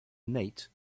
nate